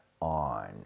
on